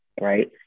Right